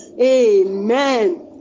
Amen